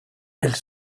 elle